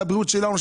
זה הבריאות שלנו,